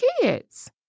kids